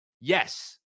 yes